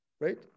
right